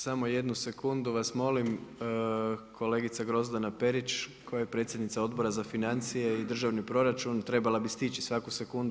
Samo jednu sekundu vas molim, kolegica Grozdana Perić, koja je predsjednica Odbora za financije i državni proračun trebala bi stići svaku sekundu.